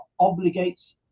obligates